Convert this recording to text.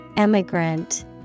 Emigrant